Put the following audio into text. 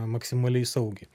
maksimaliai saugiai